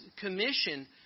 commission